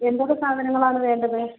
എന്തൊക്കെ സാധനങ്ങളാണ് വേണ്ടത്